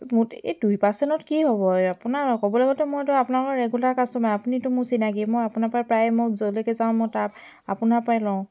মো এই দুই পাৰ্চেণ্টত কি হ'ব আপোনাৰ ক'বলৈ গ'লেতো মইতো আপোনালোকৰ ৰেগুলাৰ কাষ্টমাৰ আপুনিতো মোৰ চিনাকি মই আপোনাৰ পৰাই প্ৰায় মই য'লৈকে যাওঁ মই তাৰ আপোনাৰ পৰাই লওঁ